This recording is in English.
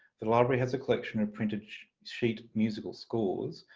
the library has a collection of printed sheet musical scores,